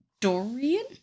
Dorian